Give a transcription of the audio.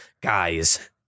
guys